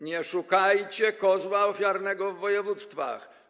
Nie szukajcie kozła ofiarnego w województwach.